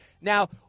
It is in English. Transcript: Now